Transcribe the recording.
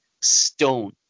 Stone